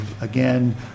Again